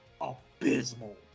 abysmal